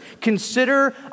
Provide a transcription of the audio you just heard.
Consider